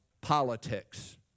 politics